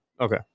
Okay